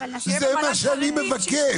זה מה שאני מבקש.